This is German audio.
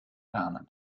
lernen